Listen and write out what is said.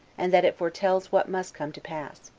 and that it foretells what must come to pass.